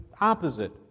opposite